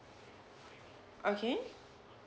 okay